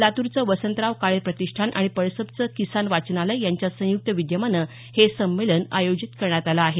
लातूरच्या वसंतराव काळे प्रतिष्ठान आणि पळसपच्या किसान वाचनालय यांच्या संयुक्त विद्यमान हे संमेलन आयोजित करण्यात आलं आहे